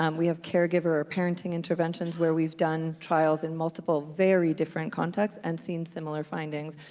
um we have caregiver or parenting interventions where we've done trials in multiple, very different contexts and seen similar findings.